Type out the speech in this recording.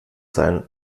sein